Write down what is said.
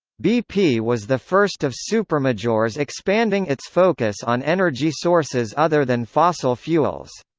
bp was the first of supermajors expanding its focus on energy sources other than fossil fuels.